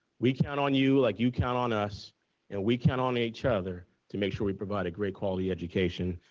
we count on you like you count on us and we count on each other to make sure we provide a great quality education.